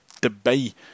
debate